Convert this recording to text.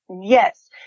Yes